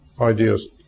ideas